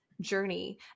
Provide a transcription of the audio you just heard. journey